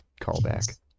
callback